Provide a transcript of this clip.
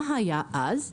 מה היה אז?